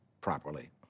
properly